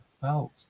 felt